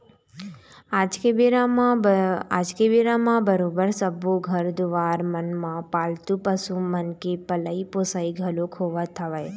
आज के बेरा म बरोबर सब्बो घर दुवार मन म पालतू पशु मन के पलई पोसई घलोक होवत हवय